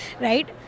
right